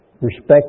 respect